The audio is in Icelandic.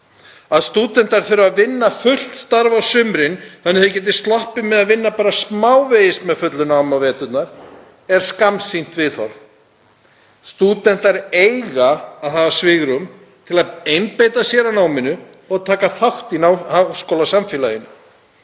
að stúdentar þurfi að vinna fullt starf á sumrin þannig að þau geti sloppið með að vinna bara smávegis með fullu námi á veturna, er skammsýnt viðhorf. Stúdentar eiga að hafa svigrúm til að einbeita sér að náminu og taka þátt í háskólasamfélaginu.